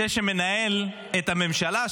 זה שמנהל את הממשלה,